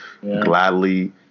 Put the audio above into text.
gladly